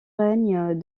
règne